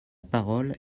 parole